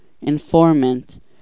informant